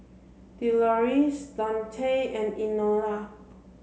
Deloris Daunte and Enola